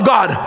God